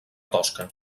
tosca